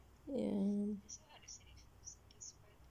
ya